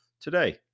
today